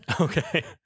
Okay